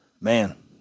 man